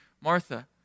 Martha